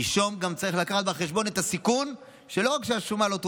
הנישום גם צריך לקחת בחשבון את הסיכון שלא רק שהשומה לא תופחת,